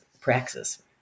praxis